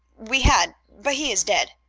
we had, but he is dead.